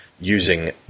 using